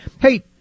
Hey